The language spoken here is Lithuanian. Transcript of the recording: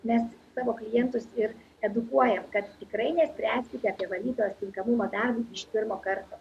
mes savo klientus ir edukuojam kad tikrai nespręskite apie valytojos tinkamumą darbui iš pirmo karto